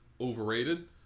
overrated